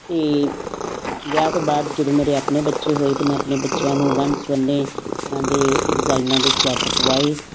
ਅਤੇ ਵਿਆਹ ਤੋਂ ਬਾਅਦ ਜਦੋਂ ਮੇਰੇ ਆਪਣੇ ਬੱਚੇ ਹੋਏ ਤਾਂ ਮੈਂ ਆਪਣੇ ਬੱਚਿਆਂ ਨੂੰ ਵੰਨ ਸੁਵੰਨੇ ਤਰ੍ਹਾਂ ਦੇ ਡਿਜ਼ਾਇਨਾਂ ਦੇ ਸਵੈਟਰ ਪਵਾਏ